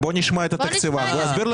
אז בואו נשמע את התקציבן והוא יסביר לך.